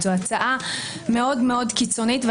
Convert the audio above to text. זאת הצעה מאוד מאוד קיצונית,